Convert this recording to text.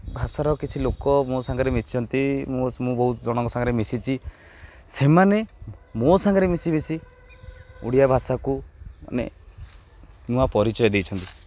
ଭାଷାର କିଛି ଲୋକ ମୋ ସାଙ୍ଗରେ ମିଶିଛନ୍ତି ମୁଁ ମୁଁ ବହୁତ ଜଣଙ୍କ ସାଙ୍ଗରେ ମିଶିଛି ସେମାନେ ମୋ ସାଙ୍ଗରେ ମିଶିମିଶି ଓଡ଼ିଆ ଭାଷାକୁ ମାନେ ନୂଆ ପରିଚୟ ଦେଇଛନ୍ତି